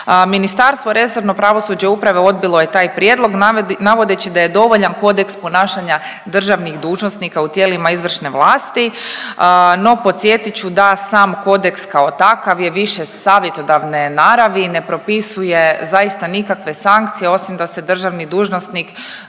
Ministarstvo resorno, pravosuđa i uprave, odbilo je taj prijedlog navodeći da je dovoljan Kodeks ponašanja državnih dužnosnika u tijelima izvršne vlasti, no podsjetit ću da sam kodeks kao takav je više savjetodavne naravi, ne propisuje zaista nikakve sankcije, osim da se državni dužnosnik